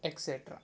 et cetera